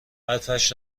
حرفش